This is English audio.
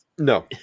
No